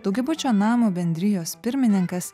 daugiabučio namo bendrijos pirmininkas